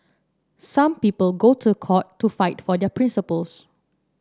some people go to court to fight for their principles